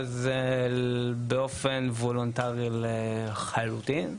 אבל זה באופן וולונטרי לחלוטין.